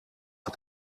het